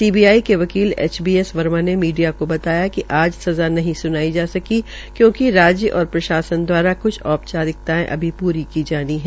CBI के वकील H B S Verma ने मीडिया को बताया कि आज सज़ा नहीं सुनाई जा सकी क्यूंकि राज्य और प्रशासन दवारा क्छ औपचारिकतायें अभी पूरी की जानी है